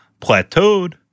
plateaued